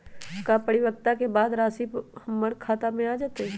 का परिपक्वता के बाद राशि हमर खाता में आ जतई?